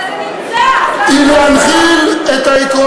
אבל זה נמצא, אז למה צריך חוק?